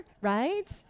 right